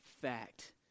fact